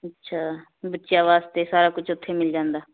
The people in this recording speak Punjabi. ਅੱਛਾ ਬੱਚਿਆਂ ਵਾਸਤੇ ਸਾਰਾ ਕੁਛ ਉੱਥੇ ਮਿਲ ਜਾਂਦਾ